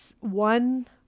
one